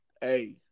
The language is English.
Hey